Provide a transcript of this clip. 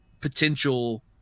potential